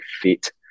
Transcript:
fit